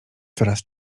coraz